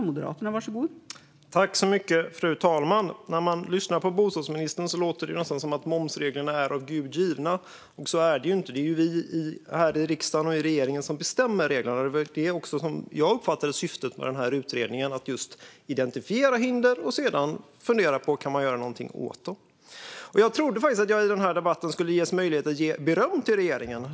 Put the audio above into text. Fru talman! När man lyssnar på bostadsministern låter det nästan som att momsreglerna är av Gud givna. Så är det ju inte; det är vi i riksdagen och regeringen som bestämmer reglerna. Det var också detta som jag uppfattade som syftet med den här utredningen - att identifiera hinder och sedan fundera på om man kan göra någonting åt dem. Jag trodde faktiskt att jag i den här debatten skulle ges möjlighet att ge beröm till regeringen.